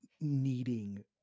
needing